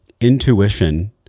Intuition